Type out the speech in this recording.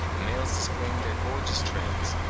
the males displaying their gorgeous trains,